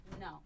No